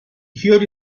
fiori